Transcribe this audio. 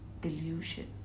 delusion